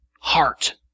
heart